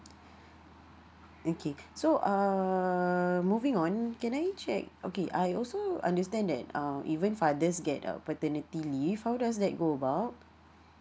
okay so uh moving on can I check okay I also understand that uh even fathers get a paternity leave how does that go about